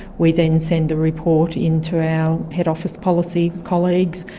we then send a report into our head office policy colleagues,